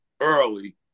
early